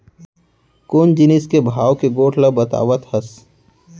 कोन जिनिस के भाव के गोठ ल बतावत हस?